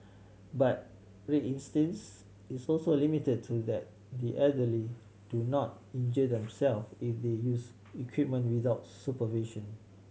but resistance is also limited to that the elderly do not injure themselves if they use equipment without supervision